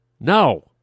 No